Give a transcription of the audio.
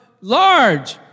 large